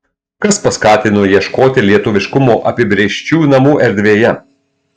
kas paskatino ieškoti lietuviškumo apibrėžčių namų erdvėje